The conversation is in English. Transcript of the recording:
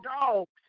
dogs